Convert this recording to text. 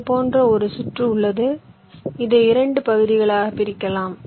இது போன்ற ஒரு சுற்று உள்ளது இதை 2 பகுதிகளாக பிரிக்கலாம்